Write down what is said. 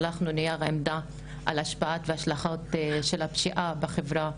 שלחנו נייר עמדה על ההשפעות וההשלכות של הפשיעה בחברה,